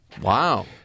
Wow